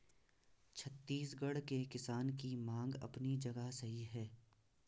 छत्तीसगढ़ के किसान की मांग अपनी जगह सही है